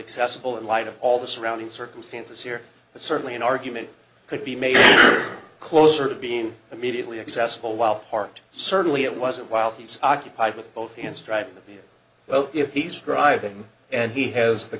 accessible in light of all the surrounding circumstances here but certainly an argument could be made closer to being immediately accessible while parked certainly it wasn't while he's occupied with both hands drive well if he's driving and he has the